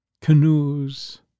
canoes